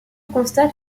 constate